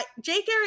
Jake